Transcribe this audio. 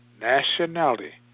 Nationality